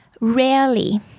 rarely